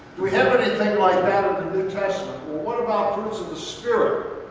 we have anything like that in the new testament what about fruits of the spirit?